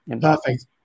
Perfect